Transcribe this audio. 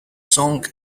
song